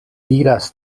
diras